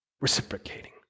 Reciprocating